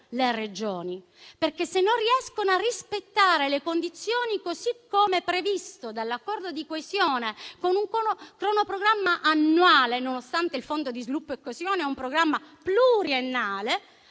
Regioni. Se non riescono a rispettare le condizioni così come previsto dall'accordo di coesione, con un cronoprogramma annuale, nonostante il Fondo di sviluppo e coesione sia un programma pluriennale,